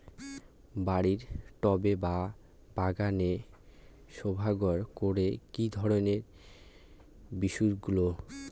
বাড়ির টবে বা বাগানের শোভাবর্ধন করে এই ধরণের বিরুৎগুলো